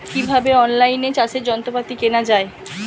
কিভাবে অন লাইনে চাষের যন্ত্রপাতি কেনা য়ায়?